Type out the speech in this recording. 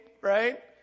right